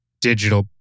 digital